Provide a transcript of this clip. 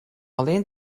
alleen